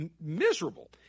miserable